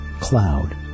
cloud